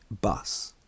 bus